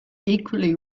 equally